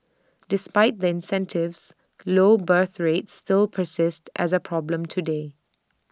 despite the incentives low birth rates still persist as A problem today